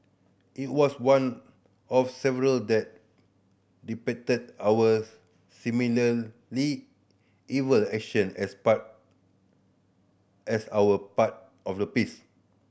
it was one of several that depicted our similarly evil action as part as our part of the piece